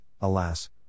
alas